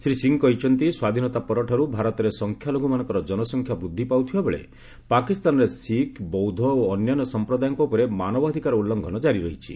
ଶ୍ରୀ ସିଂ କହିଛନ୍ତି ସ୍ୱାଧୀନତା ପରଠାରୁ ଭାରତରେ ସଂଖ୍ୟାଲଘ୍ରମାନଙ୍କର ଜନସଂଖ୍ୟା ବୃଦ୍ଧି ପାଉଥିବା ବେଳେ ପାକିସ୍ତାନରେ ଶିଖ୍ ବୌଦ୍ଧ ଏବଂ ଅନ୍ୟାନ୍ୟ ସଂପ୍ରଦାୟଙ୍କ ଉପରେ ମାନବାଧିକାର ଉଲ୍ଲୁଂଘନ କାରି ରହିଛି